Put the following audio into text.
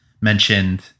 mentioned